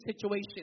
situation